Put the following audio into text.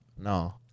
No